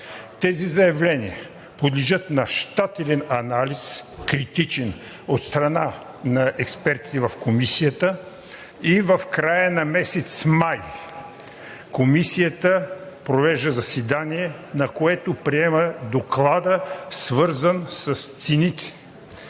тези заявления подлежат на щателен анализ – критичен, от страна на експертите в Комисията и в края на месец май Комисията провежда заседание, на което приема доклада, свързан с цените.